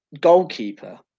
goalkeeper